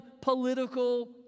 political